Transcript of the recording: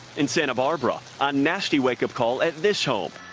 in santa barbara, a nasty wake-up call at this home.